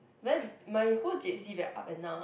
my whole J_C very up and down